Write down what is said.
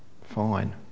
fine